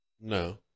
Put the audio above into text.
No